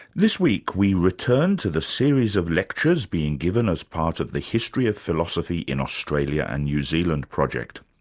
this week, we return to the series of lecture being given as part of the history of philosophy in australia and new zealand project.